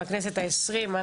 מהכנסת העשרים.